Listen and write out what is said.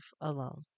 alone